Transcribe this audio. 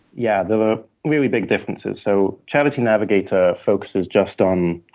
yeah. the really big difference is so charity navigator focuses just on